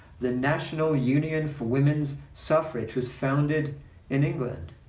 the national union for women's suffrage was founded in england.